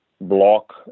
block